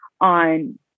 on